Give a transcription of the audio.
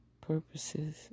purposes